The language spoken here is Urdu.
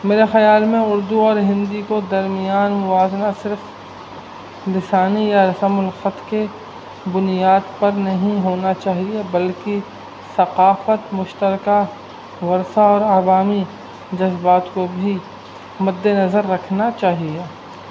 میرے خیال میں اردو اور ہندی کو درمیان موازنہ صرف لسانی یا رسم الخط کے بنیاد پر نہیں ہونا چاہیے بلکہ ثقافت مشترکہ ورثہ اور عوامی جذبات کو بھی مد نظر رکھنا چاہیے